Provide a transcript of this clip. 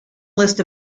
list